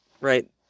right